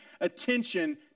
attention